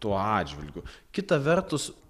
tuo atžvilgiu kita vertus